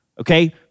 okay